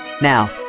Now